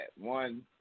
one